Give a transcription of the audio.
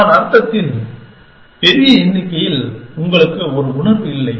நான் அர்த்தத்தில் பெரிய எண்ணிக்கையில் உங்களுக்கு ஒரு உணர்வு இல்லை